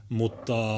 mutta